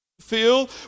feel